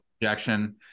projection